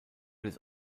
des